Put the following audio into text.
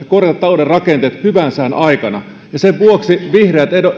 korjata talouden rakenteet hyvään sään aikana sen vuoksi vihreät